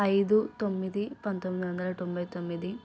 ఐదు తొమ్మిది పంతొమ్మిది వందల తొంభై తొమ్మిది